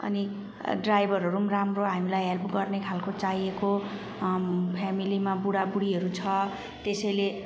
अनि ड्राइभरहरू पनि राम्रो हामीलाई हेल्प गर्ने खालको चाहिएको फ्यामिलीमा बुढाबुढीहरू छ त्यसैले